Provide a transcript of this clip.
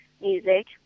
music